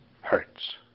hurts